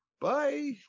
Bye